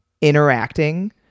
interacting